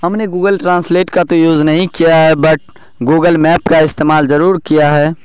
ہم نے Google translate کا تو یوز نہیں کیا ہے بٹ گوگل میپ کا استعمال ضرور کیا ہے